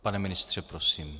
Pane ministře, prosím.